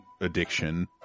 addiction